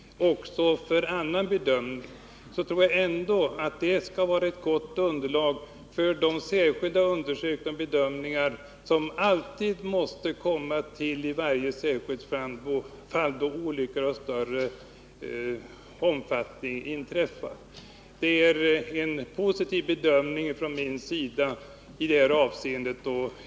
Jag tror att de principerna skall kunna vara ett gott underlag för de enskilda undersökningar och bedömningar som alltid måste komma till i varje särskilt fall, då olyckor av större omfattning inträffar. Det är en positiv bedömning från min sida i detta avseende.